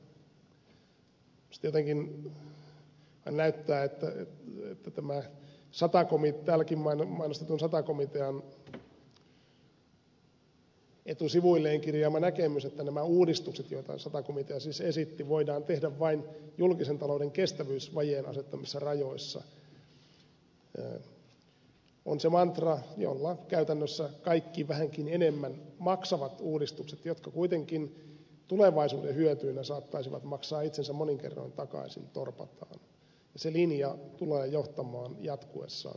minusta jotenkin vaan näyttää että tämä täälläkin mainostetun sata komitean etusivuilleen kirjaama näkemys että nämä uudistukset joita sata komitea siis esitti voidaan tehdä vain julkisen talouden kestävyysvajeen asettamissa rajoissa on se mantra jolla käytännössä kaikki vähänkin enemmän maksavat uudistukset jotka kuitenkin tulevaisuuden hyötyinä saattaisivat maksaa itsensä monin kerroin takaisin torpataan ja se linja tulee johtamaan jatkuessa